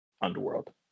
Underworld